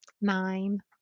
nine